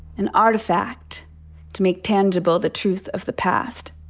an artifact to make tangible the truth of the past?